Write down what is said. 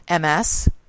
MS